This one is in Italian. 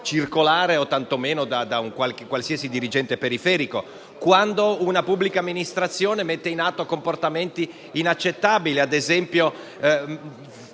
circolare o tanto meno attraverso un qualsiasi dirigente periferico. Quando una pubblica amministrazione mette in atto comportamenti inaccettabili, come - ad esempio